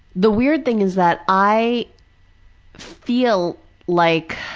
the weird thing is that i feel like,